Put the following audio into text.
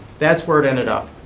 that's where it ended up.